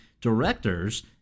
directors